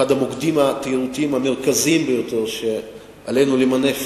היא אחד המוקדים התיירותיים המרכזיים ביותר שעלינו למנף